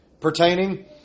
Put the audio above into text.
Pertaining